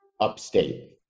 upstate